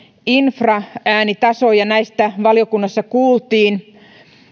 infraäänitasoja ja näistä valiokunnassa kuultiin